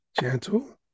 gentle